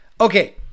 Okay